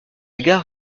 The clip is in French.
gare